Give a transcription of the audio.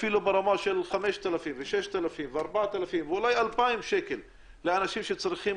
אפילו ברמה של 2,000 עד 5,000 לאנשים שצריכים